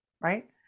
right